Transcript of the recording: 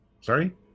sorry